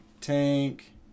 tank